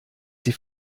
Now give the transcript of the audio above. sie